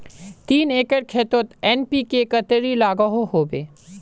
तीन एकर खेतोत एन.पी.के कतेरी लागोहो होबे?